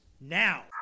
now